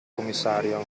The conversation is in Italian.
commissario